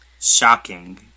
shocking